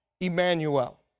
Emmanuel